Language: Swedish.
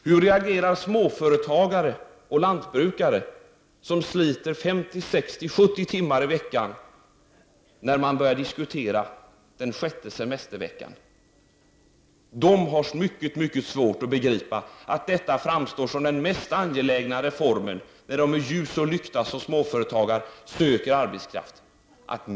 Hur reagerar småföretagare och lantbrukare som sliter 50-70 timmar i veckan när man börjar diskutera att minska arbetstiden genom en sjätte semestervecka? De har mycket svårt att begripa att denna reform framstår som den mest angelägna när småföretagare med ljus och lykta söker arbetskraft.